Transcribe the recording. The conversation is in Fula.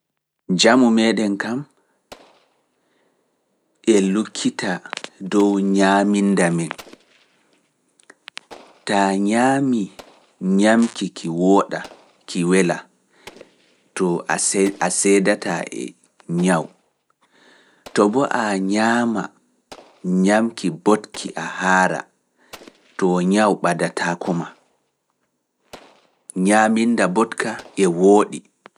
Njamu meeɗen kam e lukkita dow nyaaminda men. Taa nyaami nyaamki ki wooɗa ki welaa to a seedataa e nyawu. To boo a nyaama nyaamki botki a haara to nyawu ɓadataako maa. Nyaaminda botka e wooɗi.